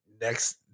next